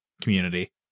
community